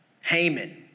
Haman